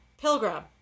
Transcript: pilgrim